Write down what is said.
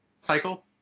cycle